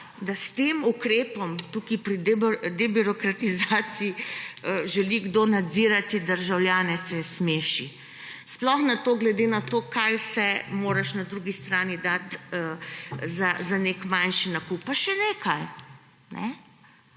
da s tem ukrepom tukaj pri debirokratizaciji želi kdo nadzirati državljane, se smeši. Sploh glede na to, kaj vse moraš na drugi strani dati za nek manjši nakup. Pa še nekaj,